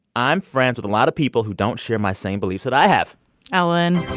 i'm friends with a lot of people who don't share my same beliefs that i have ellen